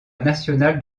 national